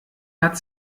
hat